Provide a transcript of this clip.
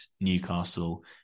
Newcastle